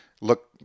look